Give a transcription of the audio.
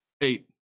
Eight